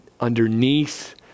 underneath